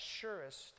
surest